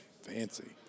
Fancy